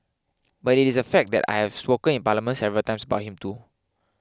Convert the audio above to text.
but it is a fact that I have spoken in Parliament several times about him too